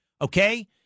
okay